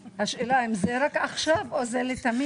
השאלה אם זה רק עכשיו, או לתמיד?